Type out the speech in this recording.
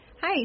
Hi